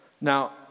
Now